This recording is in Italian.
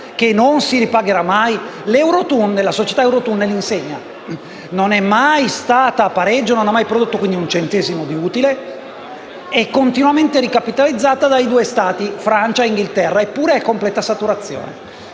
che non si ripagherà mai? La società Eurotunnel insegna: non è mai stata in pareggio e non ha mai prodotto un centesimo di utile; è continuamente ricapitalizzata da Francia e Gran Bretagna. Eppure, è in completa saturazione.